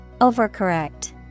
Overcorrect